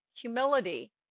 humility